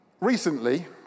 Recently